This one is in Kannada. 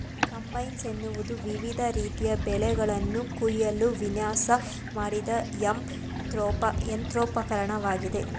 ಕಂಬೈನ್ಸ್ ಎನ್ನುವುದು ವಿವಿಧ ರೀತಿಯ ಬೆಳೆಗಳನ್ನು ಕುಯ್ಯಲು ವಿನ್ಯಾಸ ಮಾಡಿದ ಯಂತ್ರೋಪಕರಣವಾಗಿದೆ